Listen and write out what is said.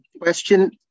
Question